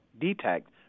detect